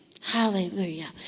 Hallelujah